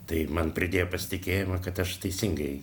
tai man pridėjo pasitikėjimą kad aš teisingai